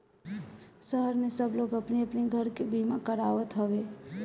शहर में सब लोग अपनी अपनी घर के बीमा करावत हवे